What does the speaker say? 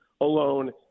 alone